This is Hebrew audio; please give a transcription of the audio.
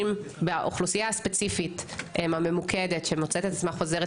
ובאוכלוסייה ספציפית וממוקדת שמוצאת את עצמה חוזרת